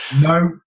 no